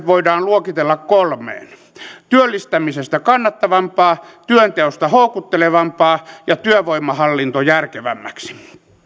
voidaan luokitella kolmeen työllistämisestä kannattavampaa työnteosta houkuttelevampaa ja työvoimahallinto järkevämmäksi